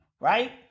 Right